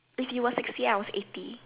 if you were sixty eight I was eighty